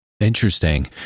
Interesting